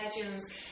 Legends